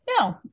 No